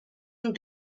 ihn